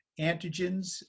antigens